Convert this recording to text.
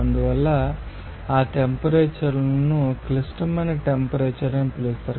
అందువల్ల ఆ టెంపరేచర్ను క్లిష్టమైన టెంపరేచర్ అని పిలుస్తారు